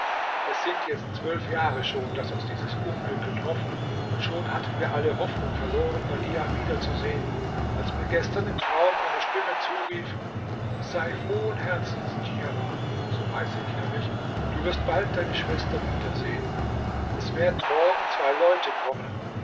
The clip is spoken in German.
es sind jetzt zwölf jahre schon daß uns dieses unglück getroffen und schon hatten wir alle hoffnung verloren badiah wiederzusehen als mir gestern im traum eine stimme zurief sei frohen herzens djirah so heiße ich nämlich du wirst bald deine schwester wiedersehen es werden morgen zwei leute kommen